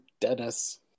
dennis